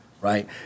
right